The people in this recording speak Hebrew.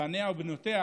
בניה ובנותיה